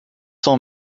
saw